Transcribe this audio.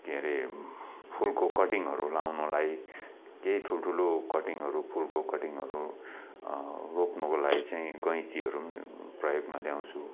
के रे फुलको कटिङहरू लाउनुलाई केही ठुल्ठुलो कटिङहरू फुलको कटिङहरू रोप्नुको लागि चैँ गैँतीहरू पनि प्रयोगमा ल्याउँछु